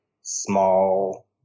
small